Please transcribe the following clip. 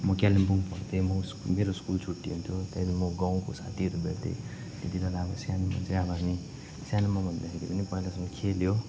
म कालिम्पोङ पढ्थे म मेरो स्कुल छुट्टी हुन्थ्यो त्यहाँदेखि म गाउँको साथीहरू भेट्थेँ त्यत्ति बेला अब सानोमा चाहिँ अब हामी सानोमा भन्दाखेरि पनि पहिलासम्म खेल्यो